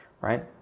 right